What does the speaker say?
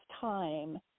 time